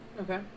Okay